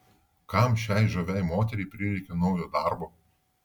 kam šiai žaviai moteriai prireikė naujo darbo